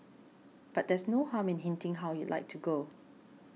but there's no harm in hinting how you'd like to go